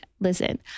Listen